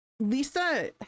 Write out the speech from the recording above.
Lisa